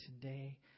today